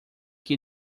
que